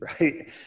right